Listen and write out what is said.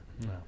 No